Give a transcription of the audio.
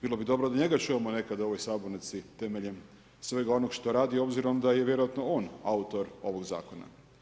Bilo bi dobro da njega ponekad čujemo u ovoj sabornici temeljem svega onog što radi, obzirom da je vjerojatno on autor ovog Zakona.